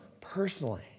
personally